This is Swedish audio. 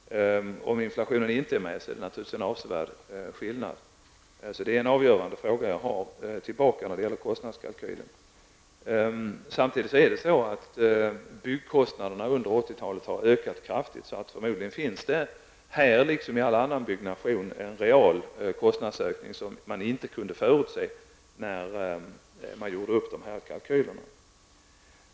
Om inflationen inte är medräknad är det naturligtvis en avsevärd skillnad. Det är en avgörande fråga som jag vill ställa när det gäller kostnadskalkylen. Byggkostnaderna har samtidigt ökat kraftigt under 80-talet. Det finns förmodligen här, liksom vid allt annat byggande, en real kostnadsökning som man inte kunde förutse när man gjorde upp kalkylerna.